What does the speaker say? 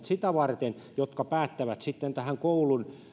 sitä varten viranomaiset jotka päättävät koulun